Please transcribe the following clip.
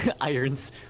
irons